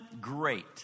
great